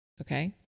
okay